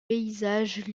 paysages